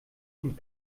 und